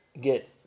get